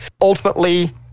ultimately